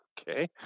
Okay